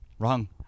Wrong